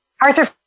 Arthur